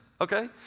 Okay